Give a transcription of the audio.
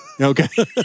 Okay